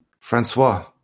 Francois